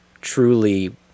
truly